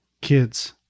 kids